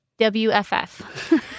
WFF